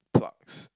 plugs